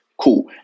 Cool